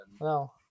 No